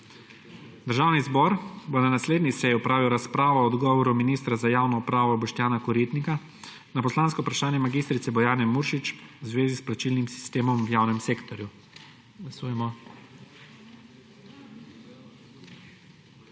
Državni zbor bo na naslednji seji opravil razpravo o odgovoru ministra za javno upravo Boštjana Koritnika na poslansko vprašanje mag. Bojane Muršič v zvezi s plačnim sistemom v javnem sektorju.